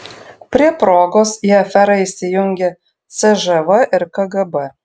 prie progos į aferą įsijungia cžv ir kgb